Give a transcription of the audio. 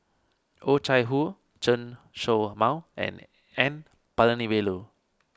Oh Chai Hoo Chen Show Mao and N Palanivelu